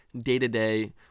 day-to-day